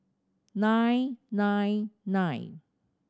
nine nine nine